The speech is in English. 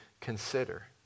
consider